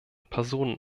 personen